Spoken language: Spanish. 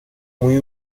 muy